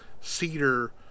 cedar